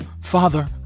Father